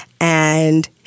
and-